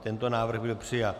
Tento návrh byl přijat.